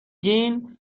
گین